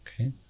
okay